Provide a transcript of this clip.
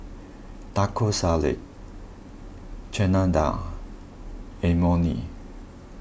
Taco Salad Chana Dal and Imoni